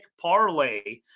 parlay